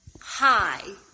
hi